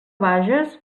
vages